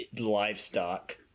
livestock